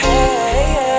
Hey